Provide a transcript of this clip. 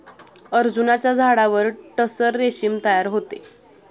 अर्जुनाच्या झाडावर टसर रेशीम तयार होते